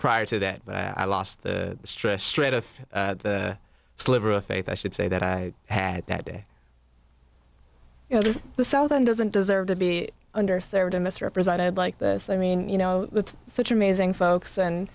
prior to that but i lost the stress straight a sliver of faith i should say that i had that day you know the south end doesn't deserve to be under certain misrepresented like this i mean you know with such amazing folks and